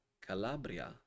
Calabria